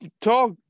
talk